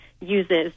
uses